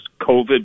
COVID